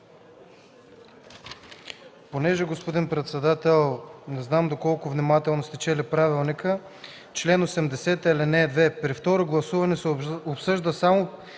Понеже, господин председател, не знам доколко внимателно сте чели правилника – чл. 80, ал. 2: „(2) При второто гласуване се обсъждат само